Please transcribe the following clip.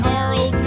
Carl